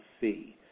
see